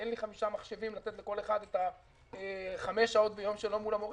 אין לי חמישה מחשבים לתת לכל אחד את חמש השעות שלו ביום מול המורה,